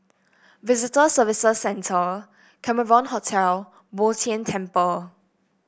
Visitor Services Centre Cameron Hotel Bo Tien Temple